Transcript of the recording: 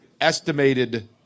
estimated